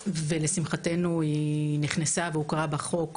לשמחתנו היא נכנסה והוכרה בחוק ב-2014,